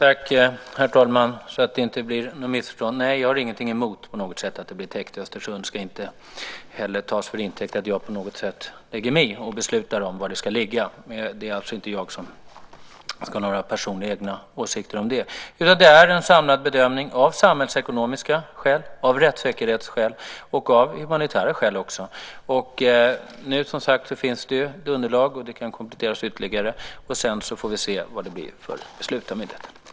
Herr talman! Jag vill för att det inte ska bli något missförstånd säga att jag inte har någonting emot att det blir ett häkte i Östersund. Det ska inte heller tas till intäkt för att jag på något sätt lägger mig i och beslutar om var det ska ligga. Det är inte jag som ska ha några personliga och egna åsikter om det. Det görs en samlad bedömning av samhällsekonomiska skäl, rättssäkerhetsskäl och humanitära skäl. Nu finns det ett underlag, och det kan kompletteras ytterligare. Sedan får vi se vad det blir för beslut av myndigheten.